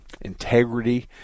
integrity